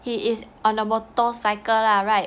he is on a motorcycle lah right